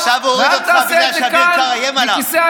עכשיו הוא הוריד אותך בגלל שאביר קארה איים עליו.